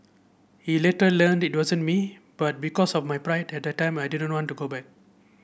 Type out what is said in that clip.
he later learned it wasn't me but because of my pride at the time I didn't want to go back